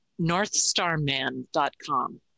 northstarman.com